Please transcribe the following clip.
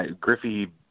Griffey